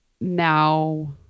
now